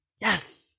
Yes